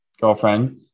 girlfriend